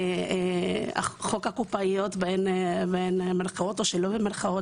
חוק הקופאיות במירכאות או שלא במירכאות